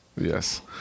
Yes